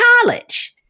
college